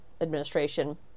administration